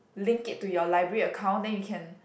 link it to your library account then you can